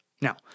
Now